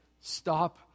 Stop